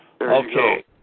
Okay